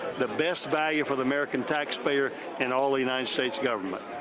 the best value for the american taxpayer in all the united states government.